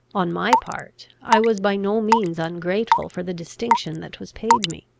on my part, i was by no means ungrateful for the distinction that was paid me.